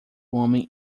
homem